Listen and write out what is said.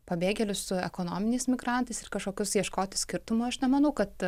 pabėgėlius su ekonominiais migrantais ir kažkokius ieškoti skirtumų aš nemanau kad